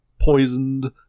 poisoned